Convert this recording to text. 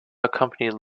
accompanied